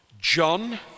John